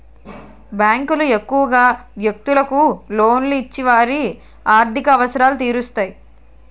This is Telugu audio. బ్యాంకులు ఎక్కువగా వ్యక్తులకు లోన్లు ఇచ్చి వారి ఆర్థిక అవసరాలు తీరుస్తాయి